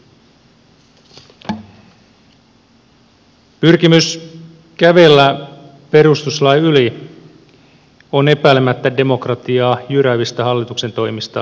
pyrkimys kävellä perustuslain yli on epäilemättä demokratiaa jyräävistä hallituksen toimista pahinta